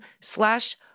slash